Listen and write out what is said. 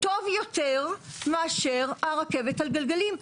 טוב יותר מאשר הרכבת על גלגלים,